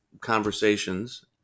conversations